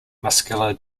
muscular